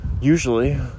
usually